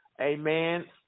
Amen